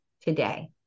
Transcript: today